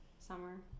Summer